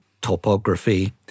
topography